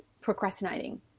procrastinating